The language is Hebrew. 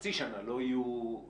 חצי שנה לא ייפתחו.